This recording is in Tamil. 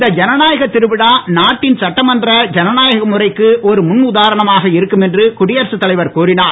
இந்த ஜனநாயக திருவிழா நாட்டின் சட்டமன்ற ஜனநாயக முறைக்கு ஒரு முன் உதாரணமாக இருக்கும் என்று குடியரக தலைவர் கூறினார்